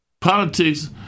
Politics